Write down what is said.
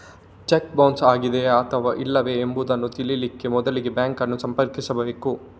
check bounce ಆಗಿದೆಯೇ ಅಥವಾ ಇಲ್ಲವೇ ಎಂಬುದನ್ನ ತಿಳೀಲಿಕ್ಕೆ ಮೊದ್ಲಿಗೆ ಬ್ಯಾಂಕ್ ಅನ್ನು ಸಂಪರ್ಕಿಸ್ಬೇಕು